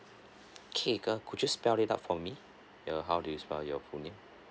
could you spell it out for me uh how do you spell your full name